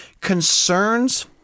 Concerns